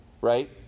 Right